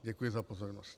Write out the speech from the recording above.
Děkuji za pozornost.